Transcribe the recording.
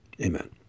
amen